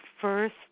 first